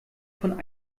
von